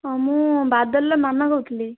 ହଁ ମୁଁ ବାଦଲର ମାମା କହୁଥିଲି